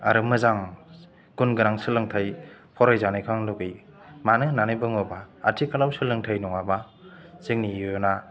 आरो मोजां गुन गोनां सोलोंथाइ फराय जानायखौ आं लुबैयो मानो होन्नानै बुङोबा आथिखालाव सोलोंथाइ नङाबा जोंनि इयुना